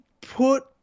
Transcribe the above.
put